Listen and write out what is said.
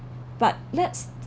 but let's